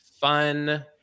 fun